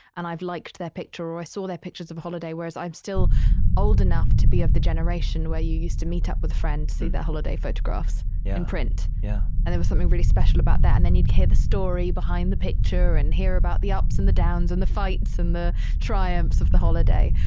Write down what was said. and i've liked that picture or i saw that pictures of holiday, whereas i'm still old enough to be of the generation where you used to meet up with friends, see the holiday photographs yeah in print yeah and it was something really special about that. and then you'd hear the story behind the picture and hear about the ups and the downs and the fights and the triumphs of the holiday.